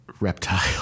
reptile